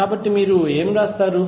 కాబట్టి మీరు ఏమి వ్రాస్తారు